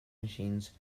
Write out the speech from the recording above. machines